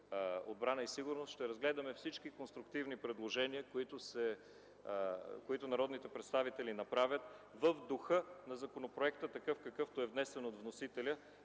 отбрана и сигурност, ще разгледаме всички конструктивни предложения, които народните представители направят в духа на законопроекта такъв, какъвто е внесен от вносителя.